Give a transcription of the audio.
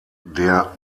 der